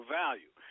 value